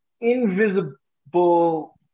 invisible